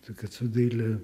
to kad daile